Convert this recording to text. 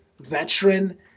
veteran